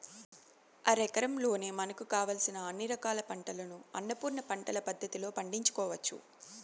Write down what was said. అరెకరంలోనే మనకు కావలసిన అన్ని రకాల పంటలను అన్నపూర్ణ పంటల పద్ధతిలో పండించుకోవచ్చు